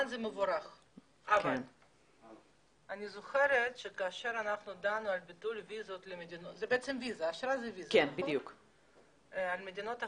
אני זוכרת שכאשר דנו על ביטול אשרות על מדינות אחרות,